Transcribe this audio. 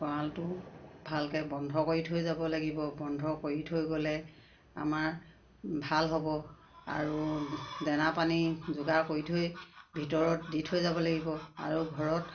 গঁৰালটো ভালকে বন্ধ কৰি থৈ যাব লাগিব বন্ধ কৰি থৈ গ'লে আমাৰ ভাল হ'ব আৰু দেনা পানী যোগাৰ কৰি থৈ ভিতৰত দি থৈ যাব লাগিব আৰু ঘৰত